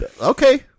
Okay